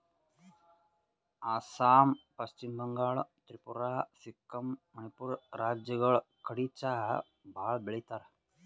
ಅಸ್ಸಾಂ, ಪಶ್ಚಿಮ ಬಂಗಾಳ್, ತ್ರಿಪುರಾ, ಸಿಕ್ಕಿಂ, ಮಣಿಪುರ್ ರಾಜ್ಯಗಳ್ ಕಡಿ ಚಾ ಭಾಳ್ ಬೆಳಿತಾರ್